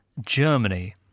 Germany